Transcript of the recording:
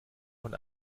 von